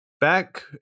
back